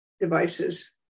devices